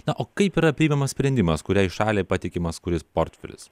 na o kaip yra priimamas sprendimas kuriai šaliai patikimas kuris portfelis